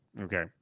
okay